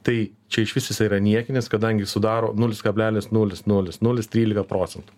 tai čia išvis jisai yra niekinis kadangi sudaro nulis kablelis nulis nulis nulis trylika procentų